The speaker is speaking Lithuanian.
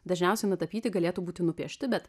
dažniausiai nutapyti galėtų būti nupiešti bet